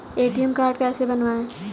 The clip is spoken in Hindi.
ए.टी.एम कार्ड कैसे बनवाएँ?